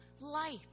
life